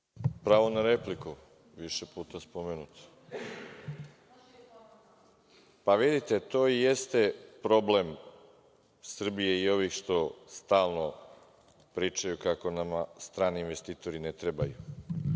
Pravo na repliku, više puta spomenut. Vidite to i jeste problem Srbije i ovih što stalno pričaju kako nama stranim investitori ne trebaju.